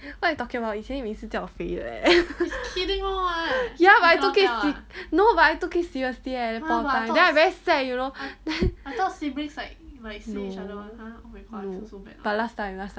what you talking about 以前你每次叫我肥的 leh ya but I took it no but I took it seriously at that point of time then I very sad you know no no but last time last time